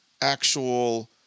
actual